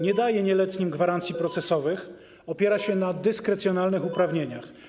Nie daje nieletnim gwarancji procesowych, opiera się na dyskrecjonalnych uprawnieniach.